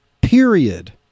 period